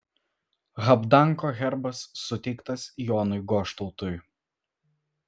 habdanko herbas suteiktas jonui goštautui